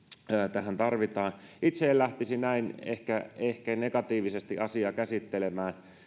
tähän tarvitaan itse en lähtisi ehkä näin negatiivisesti asiaa käsittelemään